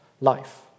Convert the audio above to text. life